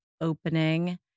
opening